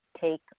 take